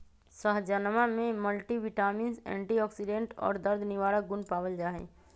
सहजनवा में multivitamins antioxidant और दर्द निवारक गुण पावल जाहई